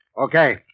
Okay